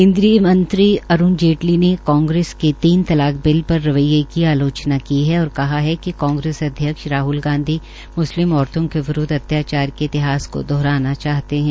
केन्द्रीय मंत्री अरूण जेटली ने कांग्रेस की तीन तलाक बिल पर रवैये की आलोचना की है और कहा है कि कांग्रेस अध्यक्ष राहल गांधी मुस्लिम औरतों के विरूद्व अत्याचार के इतिहास को दोहराना चाहती है